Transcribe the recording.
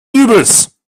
übels